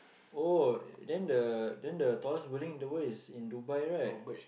oh then the then the tallest building in the world is in Dubai right